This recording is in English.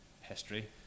history